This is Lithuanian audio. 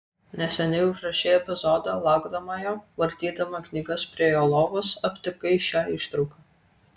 neseniai užrašei epizodą laukdama jo vartydama knygas prie jo lovos aptikai šią ištrauką